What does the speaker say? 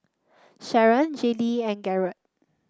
Sharron Jaylee and Garold